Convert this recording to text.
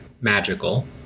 Magical